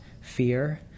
Fear